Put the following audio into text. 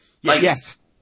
Yes